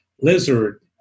lizard